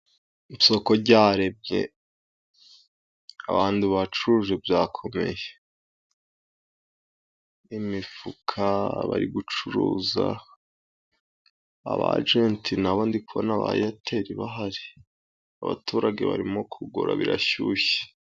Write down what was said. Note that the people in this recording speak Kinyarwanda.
Isoko ryaremye abantu bacuruje byakomeye. Imifuka, abari gucuruza, abajenti na bo ndi kubona aba eyateri bahari. Abaturage barimo kugura birashyushye.